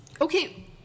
Okay